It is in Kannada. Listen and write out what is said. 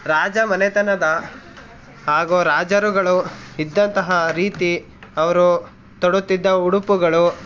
ರಾಜಮನೆತನದ ಹಾಗೂ ರಾಜರುಗಳು ಇದ್ದಂತಹ ರೀತಿ ಅವರು ತೊಡುತ್ತಿದ್ದ ಉಡುಪುಗಳು